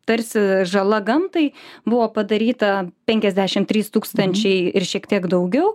tarsi žala gamtai buvo padaryta penkiasdešim trys tūkstančiai ir šiek tiek daugiau